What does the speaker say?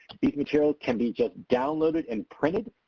these materials can be just downloaded and printed